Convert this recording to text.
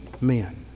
men